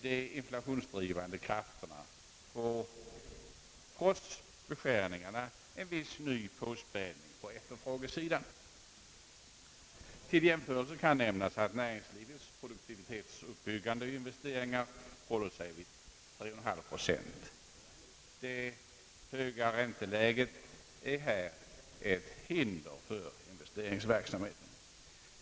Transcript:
De inflationsdrivande krafterna får trots beskärningarna en viss ny påspädning på efterfrågesidan. Till jämförelse kan nämnas att näringslivets produktivitetsuppbyggande investeringar håller sig vid 3,5 procent. Det höga ränteläget är här ett hinder för investeringsverksamheten.